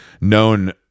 known